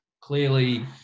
clearly